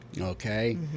Okay